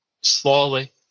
slowly